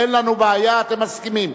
אין לנו בעיה, אתם מסכימים.